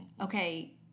okay